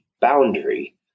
boundary